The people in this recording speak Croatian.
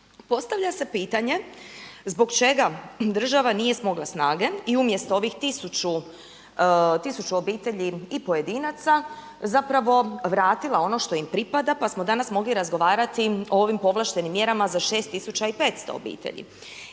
Postavlja se pitanje zbog čega država nije smogla snage i umjesto ovih 1000 obitelji i pojedinaca zapravo vratila ono što im pripada pa smo danas mogli razgovarati o ovim povlaštenim mjerama za 6500 obitelji.